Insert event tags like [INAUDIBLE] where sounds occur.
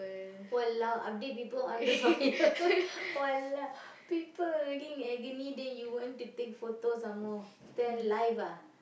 !walao! update people on the fire [LAUGHS] !walao! people already in agony then you want to take photo some more stand live ah